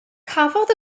cafodd